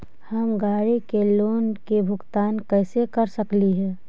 हम गाड़ी के लोन के भुगतान कैसे कर सकली हे?